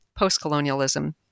postcolonialism